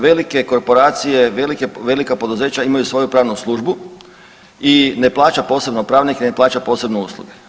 Velike korporacije, velika poduzeća imaju svoju pravnu službu i ne plaća posebno pravnike, ne plaća posebno usluge.